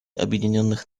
объединенных